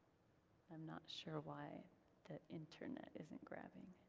i'm not sure why the internet isn't grabbing.